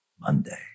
Monday